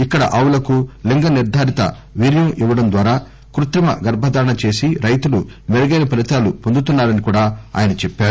ఇక్కడ ఆవులకు లింగ నిర్గారిత వీర్యం ఇవ్వడం ద్వారా కృత్రిమ గర్బధారణ చేసి రైతులు మెరుగైన ఫలీతాలు వొందుతున్నారని ఆయన చెప్పారు